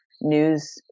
news